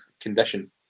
condition